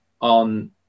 on